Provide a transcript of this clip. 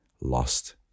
Lost